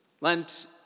Lent